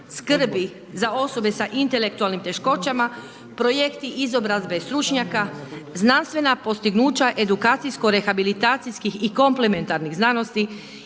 skrbi za osobe sa intelektualnim teškoćama, projekti izobrazbe stručnjaka, znanstvena postignuća edukacijsko rehabilitacijskih i komplementarnih znanosti,